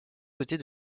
côtés